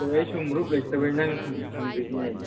ꯍꯣꯏ ꯑꯩꯁꯨ ꯃꯔꯨꯞ ꯂꯩꯇꯕꯒꯤ ꯅꯪ ꯍꯪꯕꯤꯕꯅꯦ